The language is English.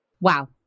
Wow